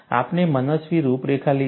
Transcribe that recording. આપણે મનસ્વી રૂપરેખા લીધી